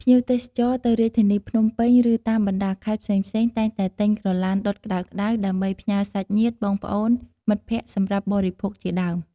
ភ្ញៀវទេសចរទៅរាជធានីភ្នំពេញ ឬតាមបណ្តាខេត្តផ្សេងៗ តែងតែទិញក្រឡានដុតក្តៅៗ ដើម្បីផ្ញើសាច់ញ្ញាតិបងប្អូនមិត្តភក្តិសម្រាប់បរិភោគជាដើម។